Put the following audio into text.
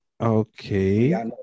Okay